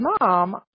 mom